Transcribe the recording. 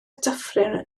dyffryn